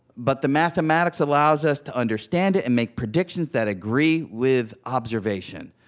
but the mathematics allows us to understand it and make predictions that agree with observation.